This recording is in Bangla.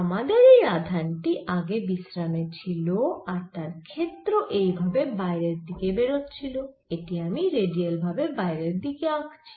আমাদের এই আধান টি আগে বিশ্রামে ছিল আর তার ক্ষেত্র এই ভাবে বাইরের দিকে বেরোচ্ছিলএটি আমি রেডিয়াল ভাবে বাইরের দিকে আঁকছি